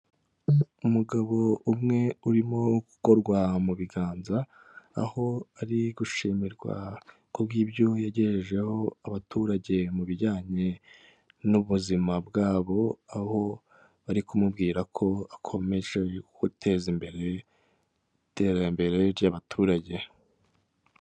Umugabo umwe urimo gukorwa mu biganza, aho ari gushimirwa kuwb'ibyo yagejejeho abaturage mu bijyanye n'ubuzima bwabo, aho bari kumubwira ko akomeje guteza imbere iterambere ry'abaturage.